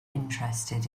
interested